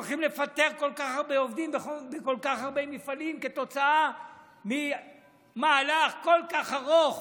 לפטר כל כך הרבה עובדים מכל כך הרבה מפעלים כתוצאה ממהלך כל כך ארוך